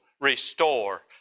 restore